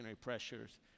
pressures